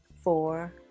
four